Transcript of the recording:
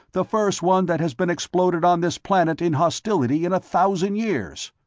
the first one that has been exploded on this planet in hostility in a thousand years!